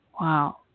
Wow